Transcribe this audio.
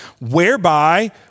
whereby